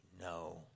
no